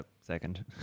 second